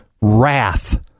wrath